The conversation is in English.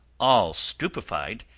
all stupefied,